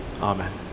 Amen